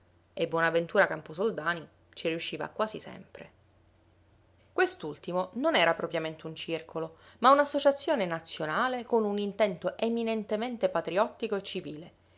e bonaventura camposoldani ci riusciva quasi sempre quest'ultimo non era propriamente un circolo ma un'associazione nazionale con un intento eminentemente patriottico e civile